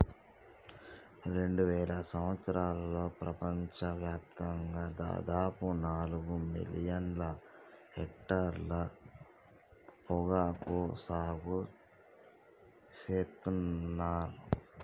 రెండువేల సంవత్సరంలో ప్రపంచ వ్యాప్తంగా దాదాపు నాలుగు మిలియన్ల హెక్టర్ల పొగాకు సాగు సేత్తున్నర్